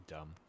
Dumb